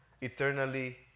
eternally